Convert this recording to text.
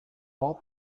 pop